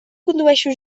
condueixo